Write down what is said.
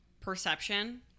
perception